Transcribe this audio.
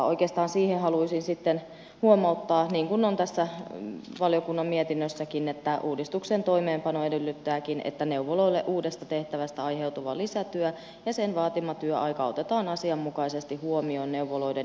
oikeastaan siihen haluaisin sitten huomauttaa niin kuin on tässä valiokunnan mietinnössäkin että uudistuksen toimeenpano edellyttääkin että neuvoloille uudesta tehtävästä aiheutuva lisätyö ja sen vaatima työaika otetaan asianmukaisesti huomioon neuvoloiden henkilöstömitoituksessa